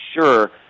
sure